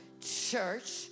church